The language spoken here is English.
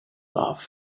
love